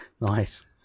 Nice